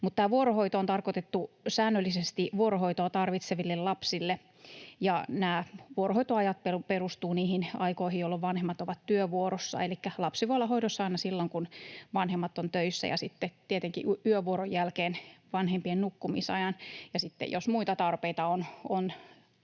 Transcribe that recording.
vuorohoito on tarkoitettu säännöllisesti vuorohoitoa tarvitseville lapsille, ja nämä vuorohoitoajat perustuvat niihin aikoihin, jolloin vanhemmat ovat työvuorossa, elikkä lapsi voi olla hoidossa aina silloin, kun vanhemmat ovat töissä, ja sitten tietenkin yövuoron jälkeen vanhempien nukkumisajan. Sitten jos on muita tarpeita